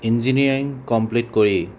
engineering complete কৰি